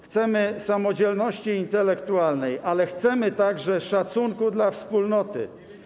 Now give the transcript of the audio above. Chcemy samodzielności intelektualnej, ale chcemy także szacunku dla wspólnoty.